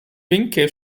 vincke